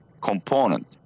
component